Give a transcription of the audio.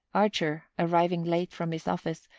archer, arriving late from his office,